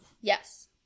Yes